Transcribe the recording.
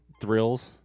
thrills